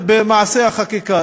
תתפאנן במעשה החקיקה.